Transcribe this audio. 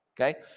Okay